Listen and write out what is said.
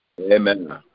Amen